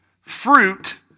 fruit